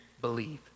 believe